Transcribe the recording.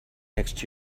next